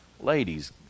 ladies